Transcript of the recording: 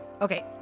Okay